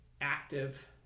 active